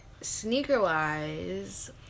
sneaker-wise